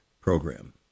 program